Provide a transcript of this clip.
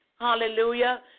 Hallelujah